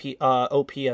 OPS